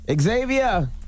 Xavier